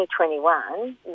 2021